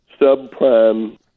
subprime